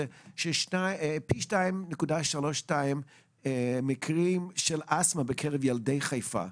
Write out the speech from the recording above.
שיש פי 2.32 מקרים של אסטמה בקרב ילדי חיפה,